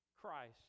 Christ